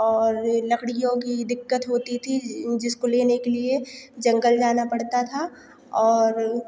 और लकड़ियों की दिक्कत होती थी जिसको लेने के लिए जंगल जाना पड़ता था और